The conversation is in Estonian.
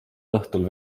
õhtul